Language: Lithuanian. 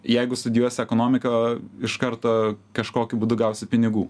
jeigu studijuosi ekonomiką iš karto kažkokiu būdu gausi pinigų